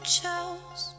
chose